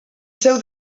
seu